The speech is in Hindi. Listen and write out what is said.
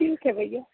ठीक है भैया